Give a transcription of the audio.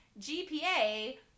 GPA